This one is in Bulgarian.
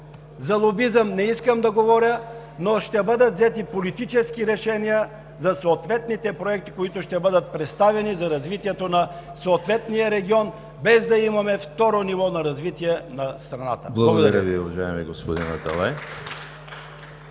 За лобизъм не искам да говоря, но ще бъдат взети политически решения за съответните проекти, които ще бъдат представени за развитието на отделния регион, без да имаме второ ниво на развитие на страната. Благодаря Ви. (Ръкопляскания от